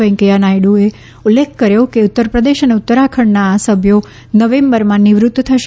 વેંકૈયા નાયડુએ ઉલ્લેખ કર્યો કે ઉત્તર પ્રદેશ અને ઉત્તરાખંડના આ સભ્યો નવેમ્બરમાં નિવૃત્ત થશે